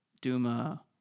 Duma